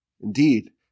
Indeed